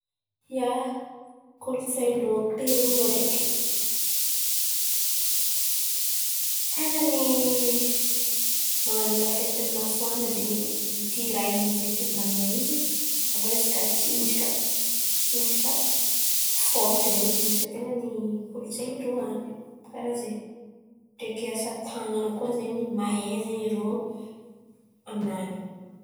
Ia, kolontsain̈y ndrô Pero io ndreky ten̈a ny man̈ano lafety masoandro zen̈y irô, Itirahin̈y zen̈y fivolan̈ana izy. Avô resaka tsinjaka tsinjaka fôliky zen̈y tsinjka ten̈a ny kolontsain̈y ndrô an̈y karà zen̈y, ndreky asa tan̈ana koa zen̈y, mahay zen̈y irô aminany.